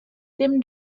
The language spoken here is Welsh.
ddim